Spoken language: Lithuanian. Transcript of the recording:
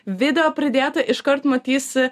video pridėtą iškart matysi